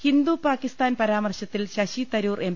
ഹിന്ദു പാക്കിസ്ഥാൻ പരാമർശത്തിൽ ശശി തരൂർ എം